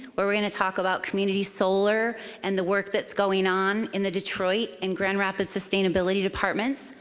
where we're gonna talk about community solar and the work that's going on in the detroit and grand rapids sustainability departments,